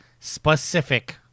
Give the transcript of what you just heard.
specific